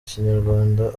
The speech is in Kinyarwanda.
ikinyarwanda